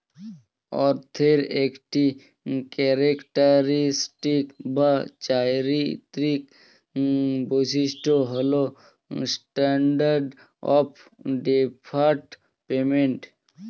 অর্থের একটি ক্যারেক্টারিস্টিক বা চারিত্রিক বৈশিষ্ট্য হল স্ট্যান্ডার্ড অফ ডেফার্ড পেমেন্ট